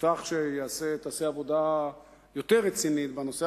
הובטח שתיעשה עבודה יותר רצינית בנושא.